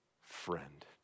Friend